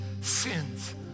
sins